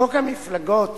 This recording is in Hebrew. חוק המפלגות